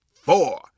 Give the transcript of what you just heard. four